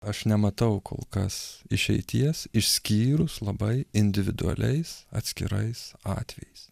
aš nematau kol kas išeities išskyrus labai individualiais atskirais atvejais